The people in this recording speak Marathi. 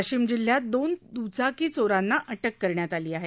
वाशिम जिल्ह्यात दोन द्रचाकी चोरांना अटक करण्यात आली आहे